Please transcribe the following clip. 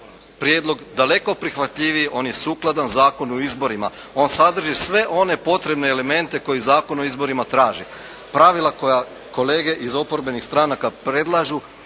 prijedlog daleko prihvatljiviji, on je sukladan Zakonu o izborima, ona sadrži sve one potrebne elemente koji Zakon o izborima traži, pravila koja kolege iz oporbenih stranaka predlažu